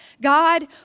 God